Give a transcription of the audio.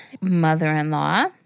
Mother-in-law